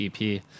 EP